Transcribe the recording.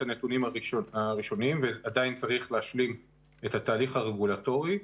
הנתונים הראשונים ועדיין צריך להשלים את התהליך הרגולטורי.